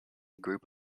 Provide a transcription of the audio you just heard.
group